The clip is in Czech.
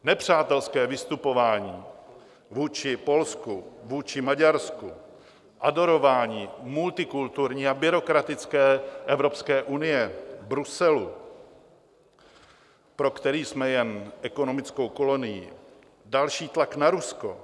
Nepřátelské vystupování vůči Polsku, vůči Maďarsku, adorování multikulturní a byrokratické Evropské unie, Bruselu, pro který jsme jen ekonomickou kolonií, další tlak na Rusko...